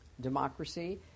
democracy